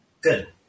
Good